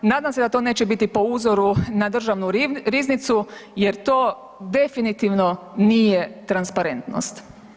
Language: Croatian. Nadam se da to neće biti po uzoru na Državnu riznicu jer to definitivno nije transparentnost.